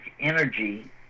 energy